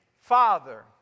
father